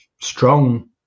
strong